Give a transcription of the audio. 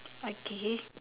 okay